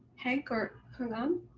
hank or hong-an.